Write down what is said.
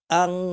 ang